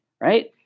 right